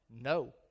No